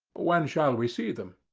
when shall we see them?